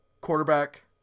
quarterback